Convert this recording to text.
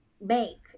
make